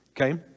okay